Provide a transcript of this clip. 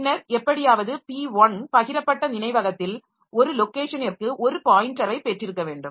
பின்னர் எப்படியாவது p1 பகிரப்பட்ட நினைவகத்தில் ஒரு லொக்கேஷனிற்கு ஒரு பாயின்டரை பெற்றிருக்க வேண்டும்